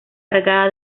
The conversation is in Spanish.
alargada